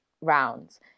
rounds